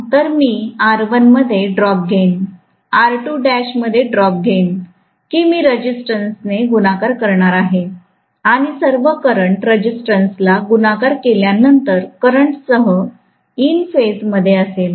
तर मी R1 मध्ये ड्रॉप घेईन मध्ये ड्रॉप घेईन की मी रेझिस्टन्स ने गुणाकार करणार आहे आणि सर्व करंट रेसीस्टंस ला गुणाकार केल्या नंतर करंटसह इन फेज मध्ये असेल